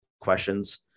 questions